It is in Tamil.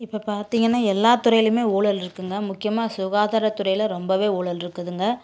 இப்போ பார்த்தீங்கனா எல்லா துறையுலுமே ஊழல் இருக்குங்க முக்கியமாக சுகாதாரத்துறையில் ரொம்பவே ஊழல் இருக்குதுங்க